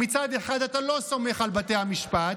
מצד אחד אתה לא סומך על בתי המשפט,